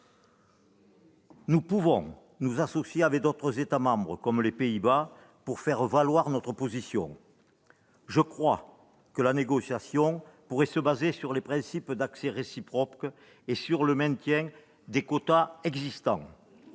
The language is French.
Nous pouvons nous associer avec d'autres États membres comme les Pays-Bas pour faire valoir notre position. Je crois que la négociation pourrait se fonder sur les principes d'accès réciproques et sur le maintien des quotas existants.